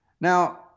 Now